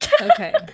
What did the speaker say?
Okay